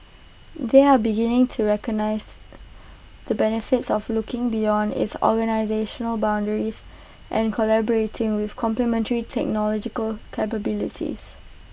they are beginning to recognise the benefits of looking beyond its organisational boundaries and collaborating with complementary technological capabilities